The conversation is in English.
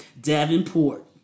Davenport